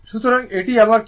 সুতরাং এটি আমার q